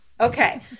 Okay